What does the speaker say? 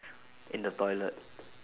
in the toilet